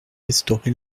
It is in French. restaurer